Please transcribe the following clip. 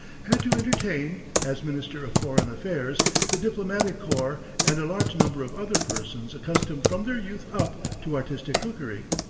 had to entertain, as minister of foreign affairs, the diplomatic corps, and a large number of other persons accustomed from their youth up to artistic cookery.